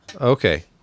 Okay